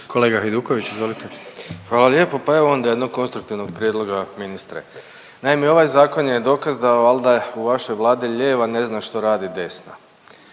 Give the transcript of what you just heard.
(Socijaldemokrati)** Hvala lijepo. Pa evo onda jednog konstruktivnog prijedloga ministre. Naime, ovaj zakon je dokaz da valjda u vašoj Vladi lijeva ne zna što radi desna.